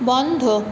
বন্ধ